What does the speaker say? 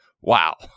wow